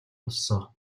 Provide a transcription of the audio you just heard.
болсон